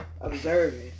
Observing